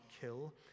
kill